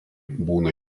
būna